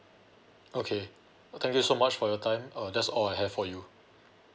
okay thank you so much for your time uh that's all I have for you